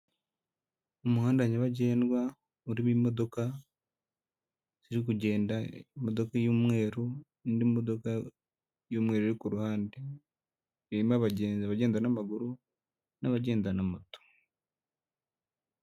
Umuhanda nyabagendwa urimo imodoka ziri kugenda, imodoka y'umweru, n'indi modoka y'umweru iri ku ruhande, irimo abagenzi, abagenda n'amaguru, n'abagenda na moto.